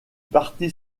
parti